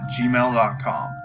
gmail.com